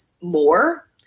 more